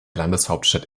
landeshauptstadt